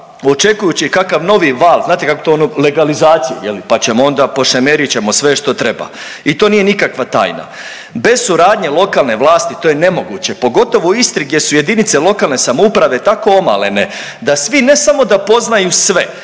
očekujući kakav novi val, znate kako to ono legalizacije je li, pa ćemo onda, pošemerit ćemo sve što treba i to nije nikakva tajna. Bez suradnje lokalne vlasti to je nemoguće, pogotovo u Istri gdje su JLS tako omalene da svi ne samo da poznaju sve